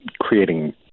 creating